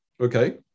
Okay